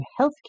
healthcare